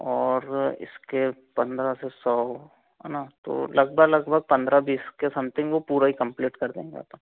और इसके पंद्रह से सौ है ना तो लगभग लगभग पंद्रह बीस के समथिंग वह पूरा ही कंप्लीट कर देंगे अपन